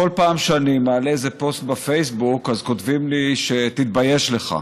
כל פעם שאני מעלה איזה פוסט בפייסבוק אז כותבים לי: תתבייש לך.